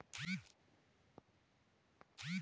मुझे कृषि उपकरणों के लिए लोन कहाँ से मिलेगा?